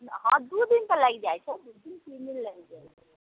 हँ दू दिन तऽ लागि जाइत छै दू तीन दिन तऽ लागि जाइत छै